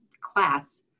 class